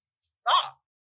stop